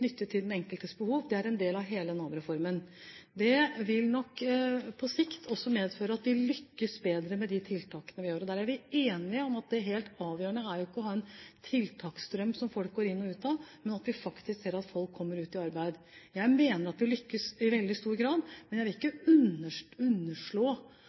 til den enkeltes behov. Det er en del av hele Nav-reformen. Det vil nok på sikt også medføre at vi lykkes bedre med de tiltakene vi gjør. Der er vi enige om at det helt avgjørende jo ikke er å ha en tiltaksstrøm som folk går inn og ut av, men at vi faktisk ser at folk kommer ut i arbeid. Jeg mener at vi lykkes i veldig stor grad, men jeg vil ikke underslå,